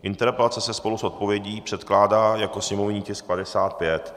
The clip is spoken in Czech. Interpelace se spolu s odpovědí předkládá jako sněmovní tisk 55.